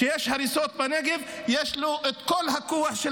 כשיש הריסות בנגב יש לו את כל הכוח של